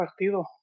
partido